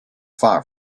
far